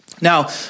Now